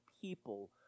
people